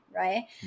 right